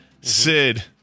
Sid